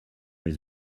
his